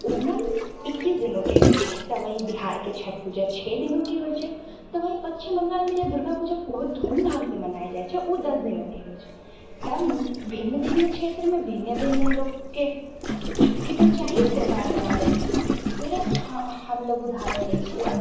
ओणम इक्कीस दिनोके होइ छै तऽ वही बिहारके छठ पूजा छओ दिनोके होइ छै तऽ वही पश्चिम बंगालमे जे दुर्गापूजा बहुत धूम धामसँ मनायल जाइ छै उ दस दिनोके होइ छै तऽ भिन्न भिन्न क्षेत्रमे भिन्न भिन्न लोकके छुट्टी तऽ चाही त्यौहार मनावै लए फेर हमलोग उदाहरण लै छियै